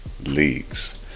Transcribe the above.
Leagues